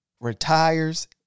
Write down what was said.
retires